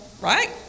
Right